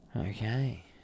Okay